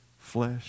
flesh